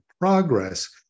progress